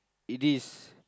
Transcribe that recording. it is